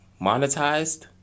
Monetized